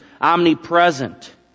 omnipresent